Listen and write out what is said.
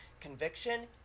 conviction